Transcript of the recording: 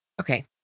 Okay